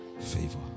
favor